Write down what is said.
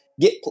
get